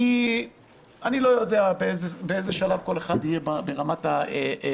כי אני לא יודע באיזה שלב כל אחד יהיה ברמת הפוליטיקה.